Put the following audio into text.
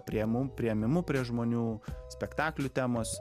priėmu priėmimu prie žmonių spektaklių temos